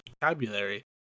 vocabulary